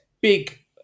big